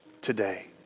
today